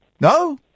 no